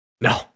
No